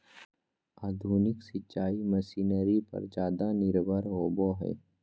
आधुनिक सिंचाई मशीनरी पर ज्यादा निर्भर होबो हइ